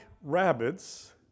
rabbits